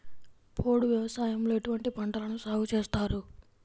పోడు వ్యవసాయంలో ఎటువంటి పంటలను సాగుచేస్తారు?